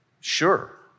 Sure